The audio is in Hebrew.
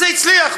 וזה הצליח.